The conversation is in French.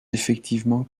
effectivement